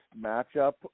matchup